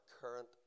current